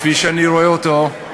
כפי שאני רואה אותו,